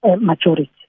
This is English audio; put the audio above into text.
majority